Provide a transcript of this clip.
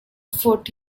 foot